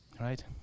right